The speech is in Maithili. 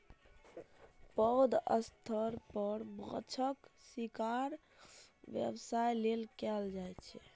पैघ स्तर पर माछक शिकार व्यवसाय लेल कैल जाइ छै